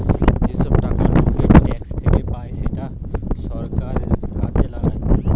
যেসব টাকা লোকের ট্যাক্স থেকে পায় সেটা সরকার কাজে লাগায়